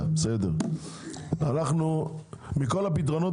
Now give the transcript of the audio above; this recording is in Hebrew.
מכל הפתרונות,